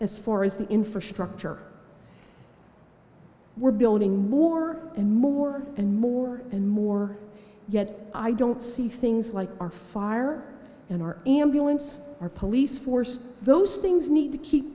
as far as the infrastructure we're building more and more and more and more yet i don't see things like our fire and our ambulance our police force those things need to keep